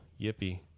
yippee